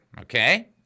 okay